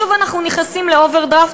שוב אנחנו נכנסים לאוברדרפט,